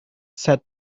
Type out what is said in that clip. said